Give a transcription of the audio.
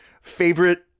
Favorite